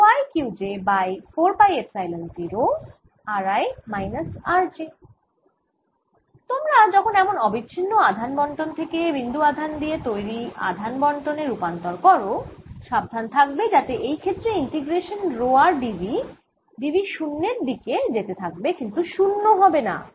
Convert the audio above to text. তোমরা যখন এমন অবিচ্ছিন্ন আধান বন্টন থেকে বিন্দু আধান দিয়ে তৈরি আধান বন্টন এ রূপান্তর কর সাবধান থাকবে যাতে এই ক্ষেত্রে integration rho r d v d v শুন্যের দিকে যেতে থাকবে কিন্তু 0 হবেনা